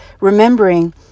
remembering